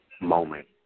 moment